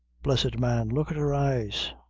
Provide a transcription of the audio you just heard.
blessed man, look at her eyes.